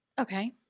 Okay